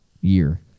year